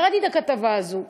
קראתי את הכתבה הזאת.